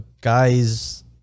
guys